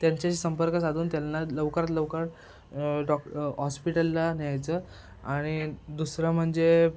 त्यांच्याशी संपर्क साधून त्यांना लवकरात लवकर डॉक हॉस्पिटलला न्यायचं आणि दुसरं म्हणजे